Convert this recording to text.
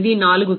0284కి 3